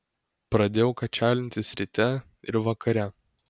pradėjau kačialintis ryte ir vakare